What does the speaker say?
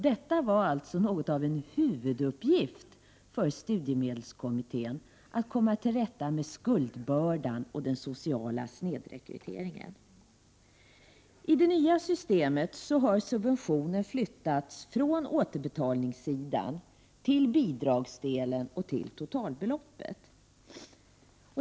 Detta var alltså något av en huvuduppgift för studiemedelskommittén, att komma till rätta med skuldbördan och den sociala snedrekryteringen. I det nya systemet har subventioner flyttats från återbetalningsdelen till bidragsdelen och till totalbeloppet.